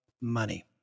money